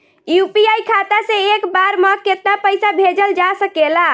UPI खाता से एक बार म केतना पईसा भेजल जा सकेला?